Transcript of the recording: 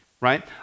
right